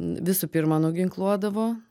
visų pirma nuginkluodavo